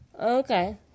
Okay